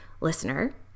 listener